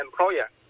employer